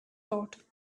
thought